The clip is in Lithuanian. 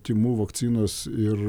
tymų vakcinos ir